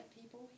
people